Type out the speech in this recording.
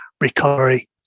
recovery